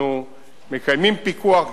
אנחנו מקיימים פיקוח.